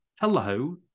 hello